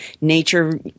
nature